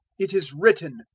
it is written,